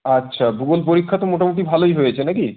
আচ্ছা ভূগোল পরীক্ষা তো মোটামুটি ভালোই হয়েছে নাকি